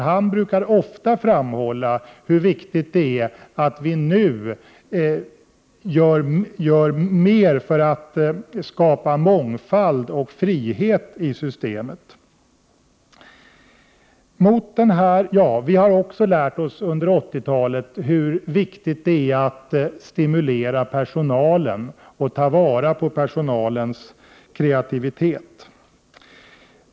Han brukar ofta framhålla hur viktigt det är att vi nu gör mer för att skapa mångfald och frihet i systemet. Vi har också under 80-talet lärt oss hur viktigt det är att stimulera personalen och ta vara på dess kreativitet.